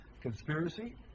conspiracy